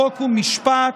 חוק ומשפט